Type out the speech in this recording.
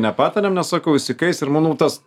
nepatariam nes sakau jis įkais ir manau tas